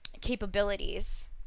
capabilities